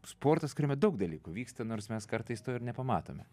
sportas kuriame daug dalykų vyksta nors mes kartais to ir nepamatome